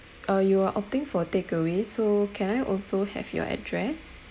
uh you are opting for takeaway so can I also have your address